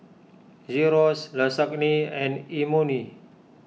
Gyros Lasagne and Imoni